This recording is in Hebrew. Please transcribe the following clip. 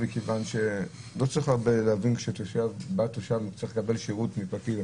כי לא צריך הרבה להבין כשבא תושב והוא צריך לקבל שירות מפקיד.